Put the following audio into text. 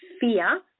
fear